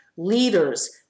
leaders